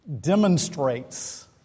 demonstrates